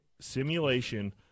simulation